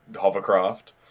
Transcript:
hovercraft